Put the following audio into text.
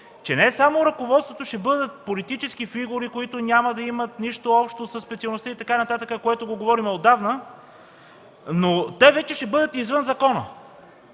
че не само ръководството ще бъдат политически фигури, които няма да имат нищо общо със специалността и така нататък, което го говорим отдавна, но те вече ще бъдат и извън закона!